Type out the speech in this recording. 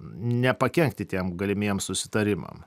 nepakenkti tiem galimiem susitarimam